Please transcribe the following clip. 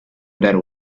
that